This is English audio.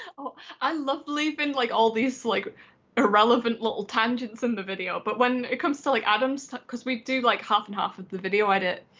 ah i love leaving like all these like irrelevant little tangents in the video but when it comes to like adams, because we do like half and half of the video edit,